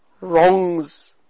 wrongs